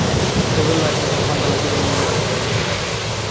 తెగుళ్లు ఆశించిన పంటలకు ఏ మందు పిచికారీ చేయాలి?